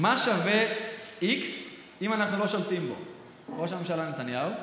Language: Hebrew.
מה שווה x אם אנחנו לא שולטים בו: ראש הממשלה נתניהו,